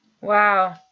wow